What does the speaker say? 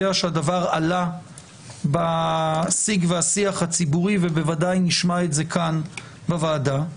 שהדבר עלה בשיג והשיח הציבורי ובוודאי נשמע את זה כאן בוועדה,